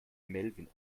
melvin